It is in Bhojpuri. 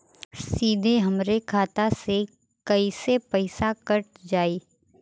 सीधे हमरे खाता से कैसे पईसा कट जाई?